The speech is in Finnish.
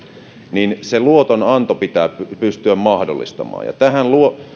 niin se luotonanto pitää pystyä mahdollistamaan ja tähän